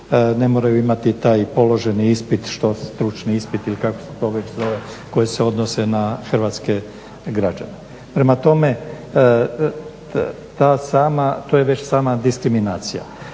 ne moraju imati taj položeni ispit, stručni ispit ili kako se to već zove, koji se odnose na hrvatske građane. Prema tome, to je već sama diskriminacija.